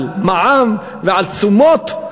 על מע"מ ועל תשומות,